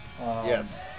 Yes